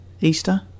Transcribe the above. Easter